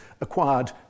acquired